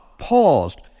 Paused